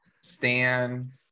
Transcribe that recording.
Stan